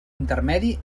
intermedi